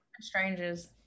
strangers